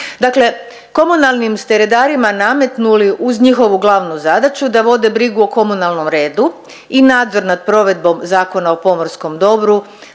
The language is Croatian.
Dakle, komunalnim ste redarima nametnuli uz njihovu glavnu zadaću da vode brigu o komunalnom redu i nadzor nad provedbom Zakona o pomorskom dobru,